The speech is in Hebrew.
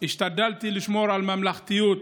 השתדלתי לשמור על ממלכתיות